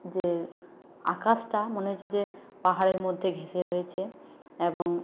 যে আকাশটা মনে হচ্ছে যে পাহাড়ের মধ্যে ঘেঁসে রয়েছে এবং